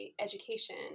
education